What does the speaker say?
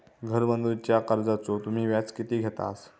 घर बांधूच्या कर्जाचो तुम्ही व्याज किती घेतास?